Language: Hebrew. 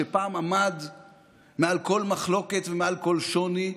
שפעם עמד מעל כל מחלוקת ומעל על שוני,